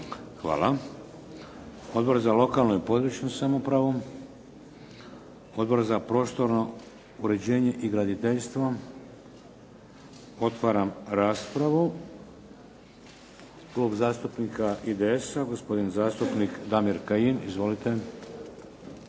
Hvala. Odbor za lokalnu i području samoupravu? Odbor za prostorno uređenje i graditeljstvo? Otvaram raspravu. Klub zastupnika IDS-a, gospodin zastupnik Damir Kajin. Izvolite.